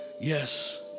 yes